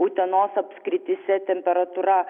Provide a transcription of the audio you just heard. utenos apskrityse temperatūra